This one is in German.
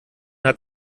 hat